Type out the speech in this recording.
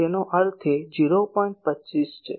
25 છે